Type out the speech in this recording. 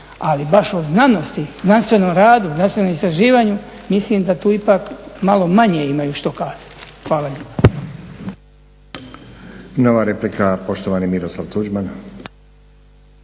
ali baš o znanosti, znanstvenom radu, znanstvenom istraživanju mislim da tu ipak malo manje imaju što kazati. Hvala lijepa.